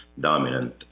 dominant